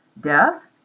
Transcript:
Death